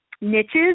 niches